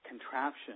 contraption